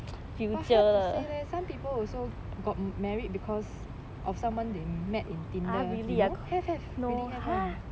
but hard to say leh some people also got married because of someone they met in tinder you know have have really have [one]